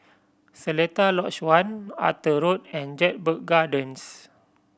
Seletar Lodge One Arthur Road and Jedburgh Gardens